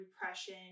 repression